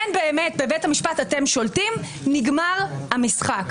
בבית המשפט אתם שולטים ונגמר המשחק.